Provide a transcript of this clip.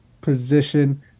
position –